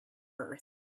earth